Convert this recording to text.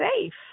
safe